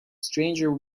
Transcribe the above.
stranger